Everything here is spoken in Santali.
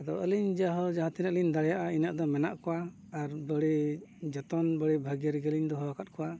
ᱟᱫᱚ ᱟᱹᱞᱤᱧ ᱡᱟᱦᱳᱠ ᱡᱟᱦᱟᱸ ᱛᱤᱱᱟᱹᱜ ᱞᱤᱧ ᱫᱟᱲᱮᱭᱟᱜᱼᱟ ᱤᱱᱟᱹᱜ ᱫᱚ ᱢᱮᱱᱟᱜ ᱠᱚᱣᱟ ᱟᱨ ᱵᱟᱹᱲᱤ ᱡᱚᱛᱚᱱ ᱵᱟᱹᱲᱤ ᱵᱷᱟᱜᱮ ᱨᱮᱜᱮᱞᱤᱧ ᱫᱚᱦᱚ ᱟᱠᱟᱫ ᱠᱚᱣᱟ